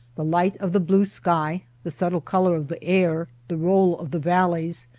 the light of the blue sky, the subtle color of the air, the roll of the valleys,